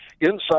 Inside